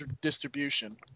distribution